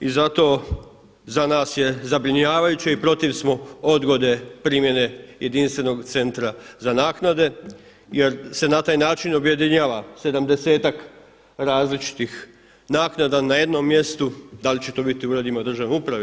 I zato za nas je zabrinjavajuće i protiv smo odgode primjene jedinstvenog centra za naknade jer se na taj način objedinjava 70-ak različitih naknada na jednom mjestu, da li će to biti u uredima državne uprave.